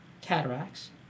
cataracts